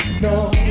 no